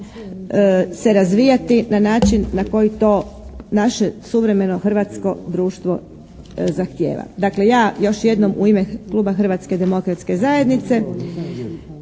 se razvijati na način na koji to naše suvremeno hrvatsko društvo zahtijeva. Dakle ja još jednom u ime Kluba Hrvatske demokratske zajednice